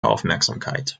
aufmerksamkeit